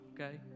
okay